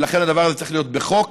ולכן הדבר הזה צריך להיות בחוק.